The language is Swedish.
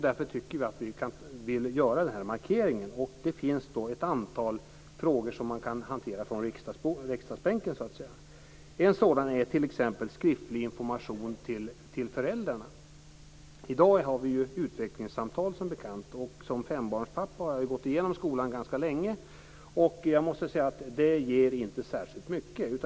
Därför vill vi göra denna markering. Det finns då ett antal frågor som så att säga kan hanteras från riksdagsbänken. En sådan är t.ex. skriftlig information till föräldrarna. I dag har vi ju utvecklingssamtal som bekant. Som fembarnspappa har jag ganska lång erfarenhet av skolan, och jag måste säga att det inte har gett särskilt mycket.